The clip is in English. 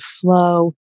flow